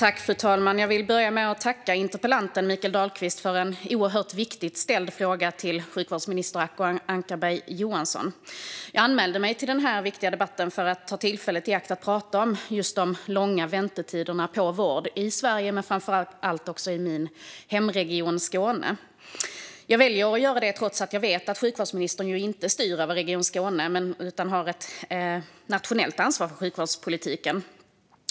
Fru talman! Jag vill börja med att tacka interpellanten Mikael Dahlqvist för en oerhört viktig fråga till sjukvårdsminister Acko Ankarberg Johansson. Jag anmälde mig till denna viktiga debatt för att ta tillfället i akt att prata om just de långa väntetiderna inom vården i Sverige och framför allt i min hemregion Skåne. Jag väljer att göra detta trots att jag vet att sjukvårdsministern inte styr över Region Skåne utan har ett nationellt ansvar för sjukvårdspolitiken.